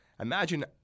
imagine